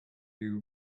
you